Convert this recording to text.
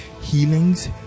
healings